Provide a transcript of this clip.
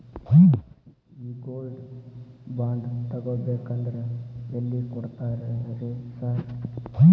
ಈ gold bond ತಗಾಬೇಕಂದ್ರ ಎಲ್ಲಿ ಕೊಡ್ತಾರ ರೇ ಸಾರ್?